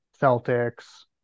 Celtics